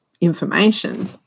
information